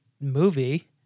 movie